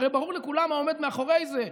הרי ברור לכולם מה עומד מאחורי זה.